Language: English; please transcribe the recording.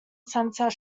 centre